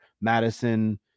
Madison